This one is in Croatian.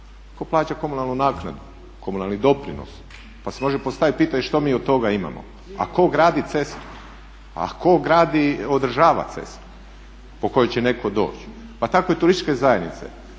Tko plaća komunalnu naknadu, komunalni doprinos, pa si možda postaviti pitanje što mi od toga imamo? A tko gradi cestu, a tko održava cestu po kojoj će netko doći? Pa tako i turističke zajednice.